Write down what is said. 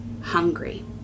hungry